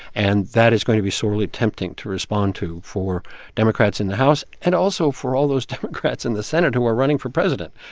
and that is going to be sorely tempting to respond to for democrats in the house and also for all those democrats in the senate who are running for president.